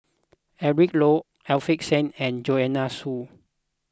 Eric Low Alfian Sa'At and Joanne Soo